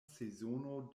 sezono